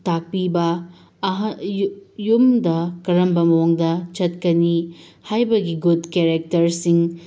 ꯇꯥꯛꯄꯤꯕ ꯌꯨꯝꯗ ꯀꯔꯝꯕ ꯃꯑꯣꯡꯗ ꯆꯠꯀꯅꯤ ꯍꯥꯏꯕꯒꯤ ꯒꯨꯗ ꯀꯦꯔꯦꯛꯇꯔꯁꯤꯡ